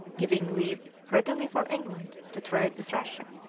giving leave readily for england to trade with russia